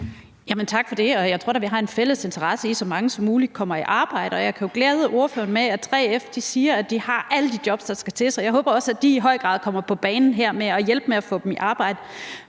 Tak for det. Jeg tror da, vi har en fælles interesse i, at så mange som muligt kommer i arbejde. Jeg kan jo glæde ordføreren med, at 3F siger, de har alle de jobs, der skal til, så jeg håber også, at de i høj grad kommer på banen her med at hjælpe med at få dem i arbejde.